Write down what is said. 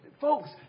Folks